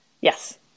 Yes